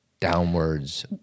downwards